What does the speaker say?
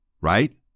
Right